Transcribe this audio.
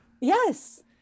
Yes